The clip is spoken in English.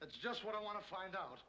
that's just what i want to find out